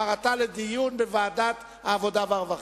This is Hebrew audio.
להעברתה לדיון בוועדת העבודה והרווחה.